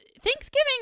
Thanksgiving